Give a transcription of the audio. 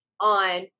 on